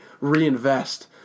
reinvest